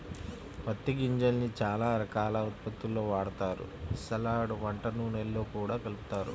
పత్తి గింజల్ని చానా రకాల ఉత్పత్తుల్లో వాడతారు, సలాడ్, వంట నూనెల్లో గూడా కలుపుతారు